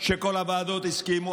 שכל הוועדות הסכימו,